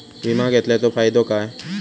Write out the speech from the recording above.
विमा घेतल्याचो फाईदो काय?